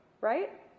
right